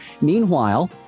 Meanwhile